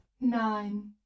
nine